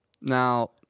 Now